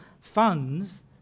funds